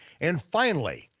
and finally,